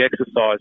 exercise